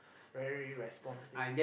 very responsive